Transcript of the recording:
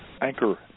anchor